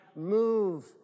move